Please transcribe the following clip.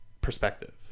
perspective